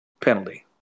penalty